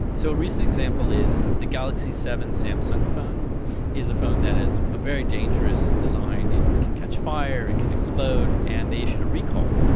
so a recent example is the galaxy seven samsung phone is a phone that has a very dangerous design, it can catch fire, it can explode, and they issued a recall.